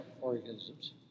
organisms